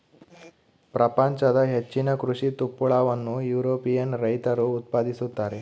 ಪ್ರಪಂಚದ ಹೆಚ್ಚಿನ ಕೃಷಿ ತುಪ್ಪಳವನ್ನು ಯುರೋಪಿಯನ್ ರೈತರು ಉತ್ಪಾದಿಸುತ್ತಾರೆ